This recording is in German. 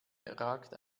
ragt